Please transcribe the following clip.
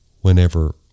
whenever